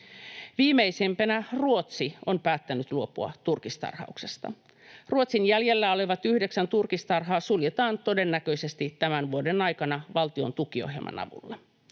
Viimeisimpänä Ruotsi on päättänyt luopua turkistarhauksesta. Ruotsin jäljellä olevat yhdeksän turkistarhaa suljetaan todennäköisesti tämän vuoden aikana valtiontukiohjelman avulla.